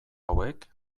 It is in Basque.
hauek